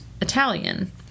Italian